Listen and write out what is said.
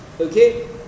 okay